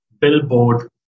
billboard